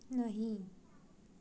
नहीं